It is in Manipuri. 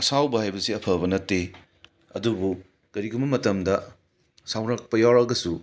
ꯑꯁꯥꯎꯕ ꯍꯥꯏꯕꯁꯦ ꯑꯐꯕ ꯅꯠꯇꯦ ꯑꯗꯨꯕꯨ ꯀꯔꯤꯒꯨꯝꯕ ꯃꯇꯝꯗ ꯁꯥꯎꯔꯛꯄ ꯌꯥꯎꯔꯒꯁꯨ